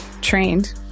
Trained